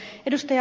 mutta ed